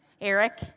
Eric